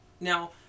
now